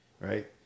Right